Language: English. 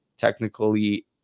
technically